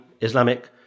Islamic